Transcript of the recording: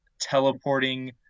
teleporting